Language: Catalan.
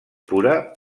pura